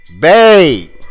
Babe